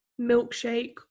milkshake